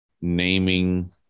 naming